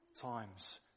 times